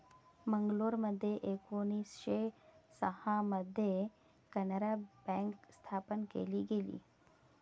मंगलोरमध्ये एकोणीसशे सहा मध्ये कॅनारा बँक स्थापन केली गेली